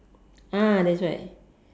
ah that's right